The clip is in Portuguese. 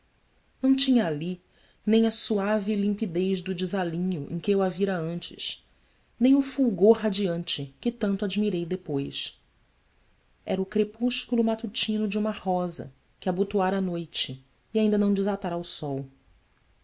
não tinha ali nem a suave limpidez do desalinho em que eu a vira antes nem o fulgor radiante que tanto admirei depois era o crepúsculo matutino de uma rosa que abotoara à noite e ainda não desatara ao sol